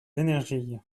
l’énergie